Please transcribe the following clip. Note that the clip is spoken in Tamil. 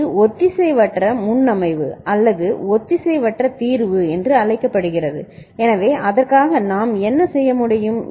இது ஒத்திசைவற்ற முன்னமைவு அல்லது ஒத்திசைவற்ற தீர்வு என்று அழைக்கப்படுகிறது எனவே அதற்காக நாம் என்ன செய்ய முடியும்